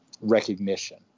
recognition